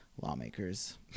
lawmakers